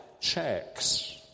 checks